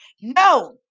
No